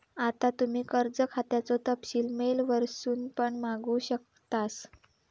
आता तुम्ही कर्ज खात्याचो तपशील मेल वरसून पण मागवू शकतास